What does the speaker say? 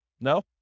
No